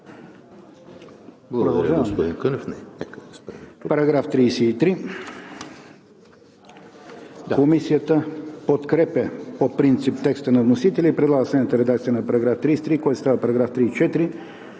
Благодаря, господин Ченчев.